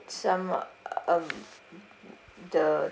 some of the